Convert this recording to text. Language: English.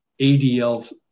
ADLs